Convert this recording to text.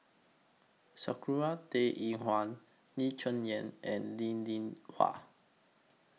Sakura Teng Ying Hua Lee Cheng Yan and Linn in Hua